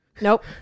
Nope